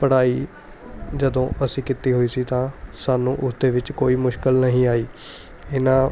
ਪੜ੍ਹਾਈ ਜਦੋਂ ਅਸੀਂ ਕੀਤੀ ਹੋਈ ਸੀ ਤਾਂ ਸਾਨੂੰ ਉਸਦੇ ਵਿੱਚ ਕੋਈ ਮੁਸ਼ਕਲ ਨਹੀਂ ਆਈ ਇਹਨਾਂ